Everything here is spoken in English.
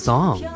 Song